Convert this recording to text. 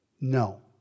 No